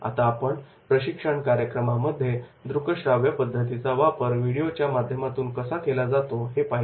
आता आपण प्रशिक्षण कार्यक्रमामध्ये दृकश्राव्य पद्धतीचा वापर व्हिडिओच्या माध्यमातून कसा केला जातो हे पाहिले